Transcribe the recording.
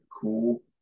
cool